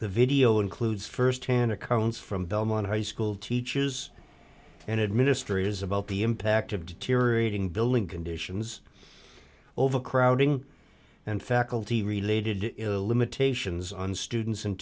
the video includes st hand accounts from belmont high school teaches and administrators about the impact of deteriorating building conditions overcrowding and faculty related to eliminate ations on students and